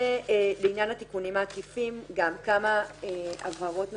ולעניין התיקונים העקיפים, גם כמה הבהרות נוספות.